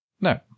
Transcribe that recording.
No